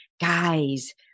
Guys